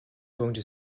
gonna